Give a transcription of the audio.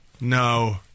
no